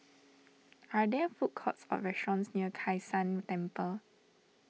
are there food courts or restaurants near Kai San Temple